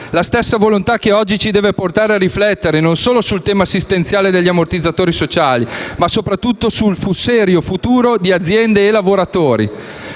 la stessa volontà che oggi ci deve portare a riflettere non solo sul tema assistenziale degli ammortizzatori sociali, ma soprattutto sul serio futuro di aziende e lavoratori.